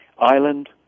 Ireland